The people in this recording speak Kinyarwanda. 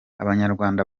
abanyarwanda